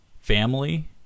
family